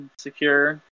secure